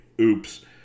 oops